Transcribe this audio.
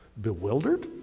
Bewildered